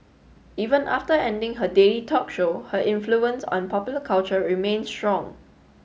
even after ending her daily talk show her influence on popular culture remains strong